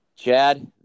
Chad